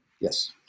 Yes